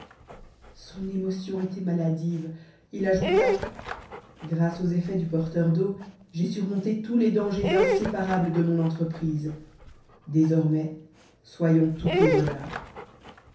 son émotion était maladive il ajouta grâce aux effets du porteur d'eau j'ai surmonté tous les dangers inséparables de mon entreprise désormais soyons tout au bonheur